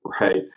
right